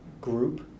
group